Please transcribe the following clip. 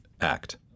Act